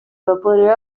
vapore